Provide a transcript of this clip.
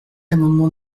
l’amendement